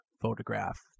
Photograph